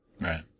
Right